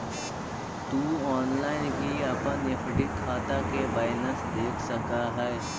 तु ऑनलाइन भी अपन एफ.डी खाता के बैलेंस देख सकऽ हे